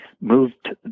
moved